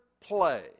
play